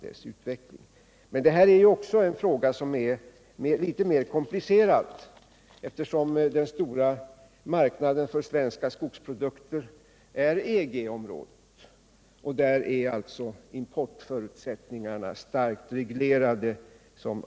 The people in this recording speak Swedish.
Men också detta är en fråga som är litet mer komplicerad, eftersom den stora marknaden för svenska skogsprodukter är EG-området och där är, som alla känner till, importförutsättningarna starkt reglerade.